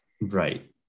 Right